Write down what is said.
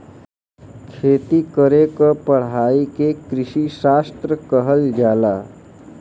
खेती करे क पढ़ाई के कृषिशास्त्र कहल जाला